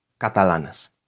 catalanas